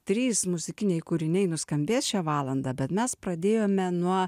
trys muzikiniai kūriniai nuskambės šią valandą bet mes pradėjome nuo